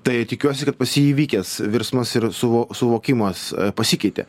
tai tikiuosi kad pas jį įvykęs virsmas ir suvo suvokimas pasikeitė